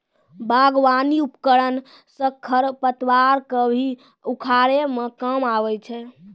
बागबानी उपकरन सँ खरपतवार क भी उखारै म काम आबै छै